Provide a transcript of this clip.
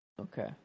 Okay